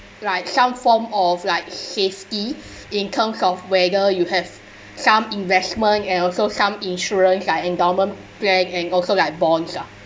like some form of like safety in terms of whether you have some investment and also some insurance like endowment plan and also like bonds lah